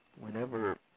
whenever